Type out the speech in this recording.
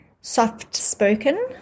soft-spoken